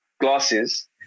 glasses